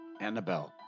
Annabelle